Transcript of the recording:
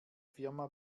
firma